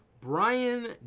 Brian